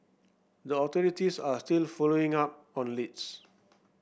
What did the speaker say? the authorities are still following up on leads